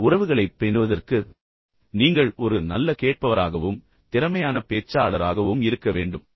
நல்ல உறவுகளைப் பேணுவதற்கு நீங்கள் ஒரு நல்ல கேட்பவராகவும் திறமையான பேச்சாளராகவும் இருக்க வேண்டும்